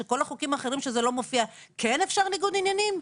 שכל החוקים האחרים שזה לא מופיע כן אפשר ניגוד עניינים?